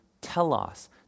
telos